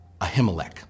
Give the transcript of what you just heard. Ahimelech